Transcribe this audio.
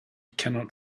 cannot